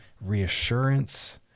reassurance